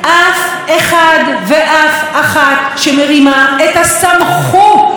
לטפל באזרחיות המופקרות של המדינה הזאת.